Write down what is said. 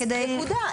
נקודה,